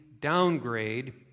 downgrade